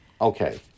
okay